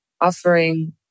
offering